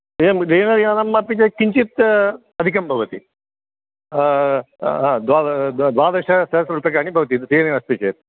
यानं चेत् किञ्चित् अधिकं भवति द्वाद द्वादशसहस्ररुप्यकानि भवति चेत्